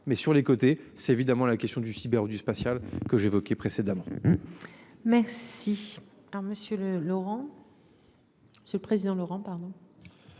mais sur les côtés, c'est évidemment la question du cyber du spatial que j'évoquais précédemment. Merci à Monsieur le Laurent.